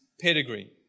pedigree